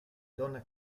donna